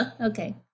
Okay